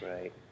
right